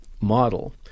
model